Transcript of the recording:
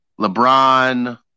LeBron